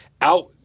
out